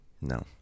No